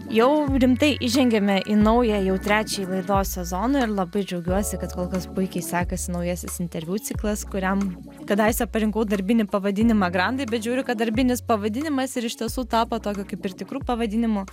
jau rimtai įžengėme į naują jau trečiąjį laidos sezoną ir labai džiaugiuosi kad kol kas puikiai sekasi naujasis interviu ciklas kuriam kadaise parinkau darbinį pavadinimą grandai bet žiūriu kad darbinis pavadinimas ir iš tiesų tapo tokiu kaip ir tikru pavadinimu